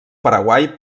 paraguai